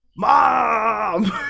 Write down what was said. mom